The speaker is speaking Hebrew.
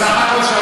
סך הכול,